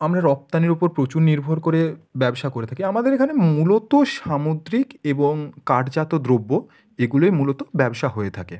আমরা রপ্তানির ওপর প্রচুর নির্ভর করে ব্যবসা করে থাকি আমাদের এখানে মূলত সামুদ্রিক এবং কাঠজাত দ্রব্য এগুলোই মূলত ব্যবসা হয়ে থাকে